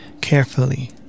carefully